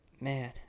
man